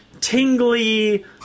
tingly